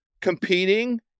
competing